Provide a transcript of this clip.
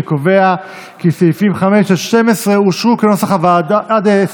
אני קובע כי סעיפים 5 22 אושרו כנוסח הוועדה.